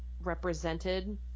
Represented